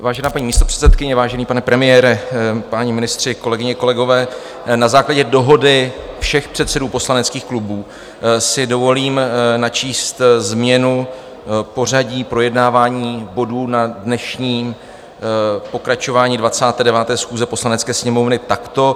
Vážená paní místopředsedkyně, vážený pane premiére, páni ministři, kolegyně, kolegové, na základě dohody všech předsedů poslaneckých klubů si dovolím načíst změnu pořadí projednávání bodů na dnešním pokračování 29. schůze Poslanecké sněmovny takto.